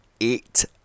eight